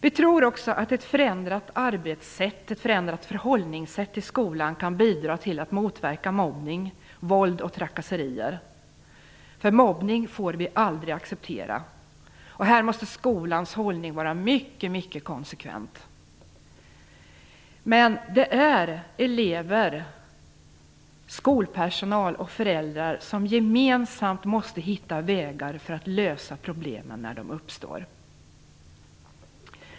Vi tror också att ett förändrat arbets och förhållningssätt i skolan kan bidra till att motverka mobbning, våld och trakasserier, för mobbning får vi aldrig acceptera. Här måste skolans hållning vara mycket konsekvent. Men det är elever, skolpersonal och föräldrar som gemensamt måste hitta vägar för att lösa problemen när de uppstår.